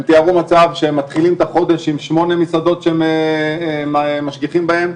הם תיארו מצב שהם מתחילים את החודש עם שמונה מסעדות שהם משגיחים בהם,